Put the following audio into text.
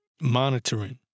monitoring